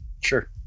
Sure